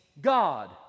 God